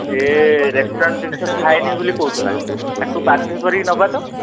ସେ ରେଷ୍ଟୁରାଣ୍ଟ ଜିନିଷ ଖାଏନି ବୋଲି କହୁଥିଲା ତାକୁ ବାଧ୍ୟ କରିକି ନେବା ତ